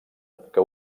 que